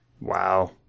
wow